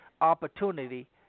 opportunity